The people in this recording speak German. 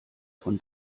von